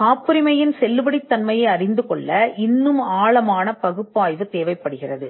காப்புரிமையின் செல்லுபடியாகும் தன்மை ஆழமான பகுப்பாய்வில் இன்னும் அதிகமாக தேவைப்படுகிறது